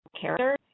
character